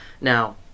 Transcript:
Now